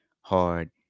hard